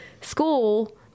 school